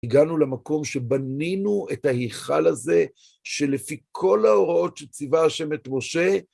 הגענו למקום שבנינו את ההיכל הזה, שלפי כל ההוראות שציווה השם את משה,